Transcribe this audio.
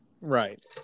Right